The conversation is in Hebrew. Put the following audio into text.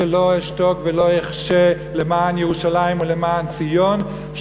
ולא אשתוק ולא אחשה למען ירושלים ולמען ציון,